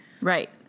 Right